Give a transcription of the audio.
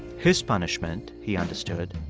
his punishment, he understood,